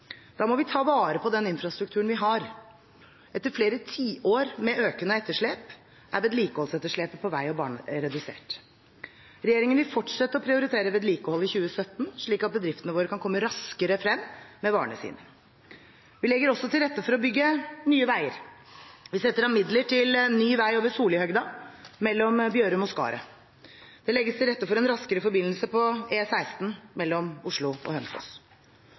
Da må vi ta vare på den infrastrukturen vi har. Etter flere tiår med økende etterslep er vedlikeholdsetterslepet på vei og jernbane redusert. Regjeringen vil fortsette å prioritere vedlikehold i 2017, slik at bedriftene våre kan komme raskere frem med varene sine. Vi legger også til rette for å bygge nye veier. Vi setter av midler til ny vei over Sollihøgda mellom Bjørum og Skaret. Det legger til rette for en raskere forbindelse på E16 mellom Oslo og Hønefoss.